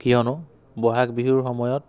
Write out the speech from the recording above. কিয়নো বহাগ বিহুৰ সময়ত